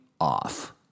off